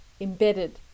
embedded